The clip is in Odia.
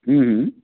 ହୁଁ ହୁଁ